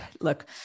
look